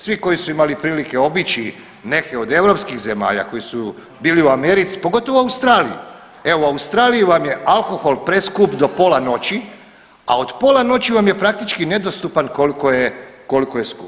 Svi koji su imali prilike obići neke od europskih zemalja, koji su bili u Americi, pogotovo u Australiji, evo u Australiji vam je alkohol preskup do pola noći, a od pola noći vam je praktički nedostupan koliko je, koliko je skup.